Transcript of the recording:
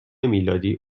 میلادی